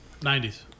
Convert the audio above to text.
90s